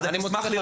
אני אשמח.